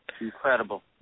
incredible